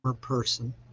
person